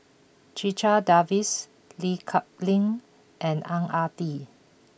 Checha Davies Lee Kip Lin and Ang Ah Tee